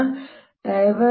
ನಂತರ